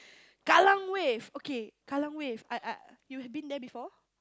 Kallang Wave okay Kallang Wave I I you've been before